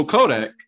Kodak